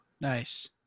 Nice